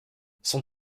son